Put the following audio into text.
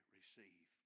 receive